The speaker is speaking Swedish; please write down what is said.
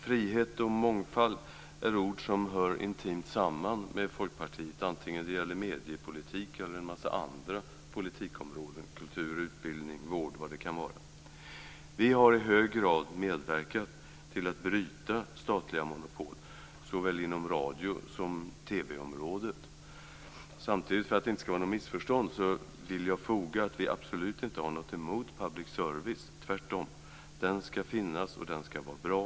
Frihet och mångfald är ord som hör intimt samman med Folkpartiet, antingen det gäller mediepolitiken eller andra politikområden, kultur, utbildning, vård och vad det kan vara. Vi har i hög grad medverkat till att bryta statliga monopol såväl inom radiosom TV-området. För att det inte ska råda något missförstånd vill jag samtidigt foga in att vi absolut inte har något emot public service, tvärtom. Den ska finnas, och den ska vara bra.